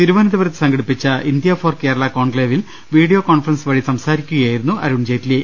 തിരുവനന്ത പുരത്ത് സംഘടിപ്പിച്ച ഇന്ത്യ ഫോർ കേരള കോൺക്ലേവിൽ വീഡിയോ കോൺഫറൻസ് വഴി സംസാരിക്കുകയായിരുന്നു അരുൺ ജെയ്റ്റ്ലി